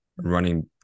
running